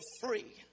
free